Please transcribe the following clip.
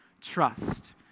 trust